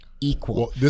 equal